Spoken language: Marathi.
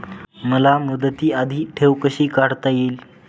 मला मुदती आधी ठेव कशी काढता येईल?